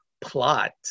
plot